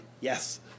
Yes